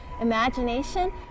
imagination